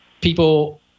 people